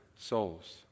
souls